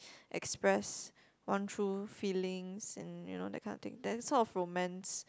express one true feelings and you know that kind of thing that's sort of romance